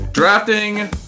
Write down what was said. Drafting